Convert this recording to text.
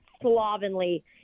slovenly